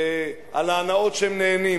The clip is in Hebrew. על ההנאות שהם נהנים,